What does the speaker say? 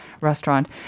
restaurant